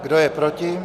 Kdo je proti?